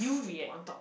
you put on top